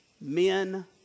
men